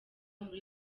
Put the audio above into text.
muri